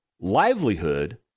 livelihood